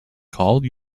called